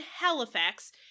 Halifax